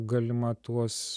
galima tuos